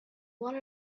one